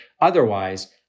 Otherwise